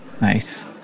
nice